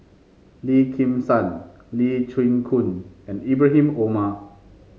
Lim Kim San Lee Chin Koon and Ibrahim Omar